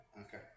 Okay